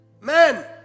Men